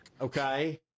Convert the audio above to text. okay